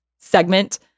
segment